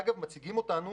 אגב, מציגים אותנו